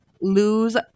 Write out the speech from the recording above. lose